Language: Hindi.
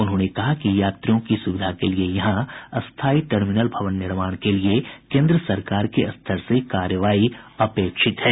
उन्होंने कहा कि यात्रियों की सुविधा के लिये यहां स्थायी टर्मिनल भवन निर्माण के लिए केंद्र सरकार के स्तर से कार्रवाई अपेक्षित है